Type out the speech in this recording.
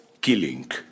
Killing